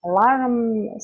Alarm